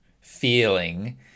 feeling